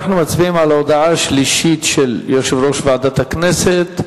אנחנו מצביעים על ההודעה השלישית של יושב-ראש ועדת הכנסת,